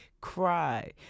cry